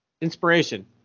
Inspiration